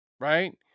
right